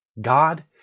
God